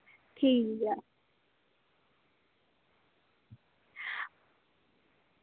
ठीक ऐ